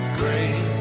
great